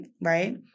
right